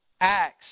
Acts